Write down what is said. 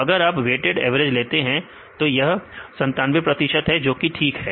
तो अगर आप वेटेड एवरेज लेते हैं तो यह 97 प्रतिशत है जो कि ठीक है